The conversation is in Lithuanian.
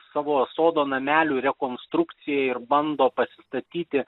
savo sodo namelių rekonstrukciją ir bando pasistatyti